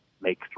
make